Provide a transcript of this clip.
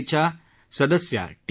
आयच्या सदस्या टी